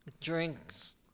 drinks